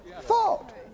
thought